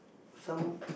some